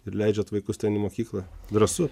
ir leidžiat vaikus ten į mokyklą drąsu